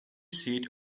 seat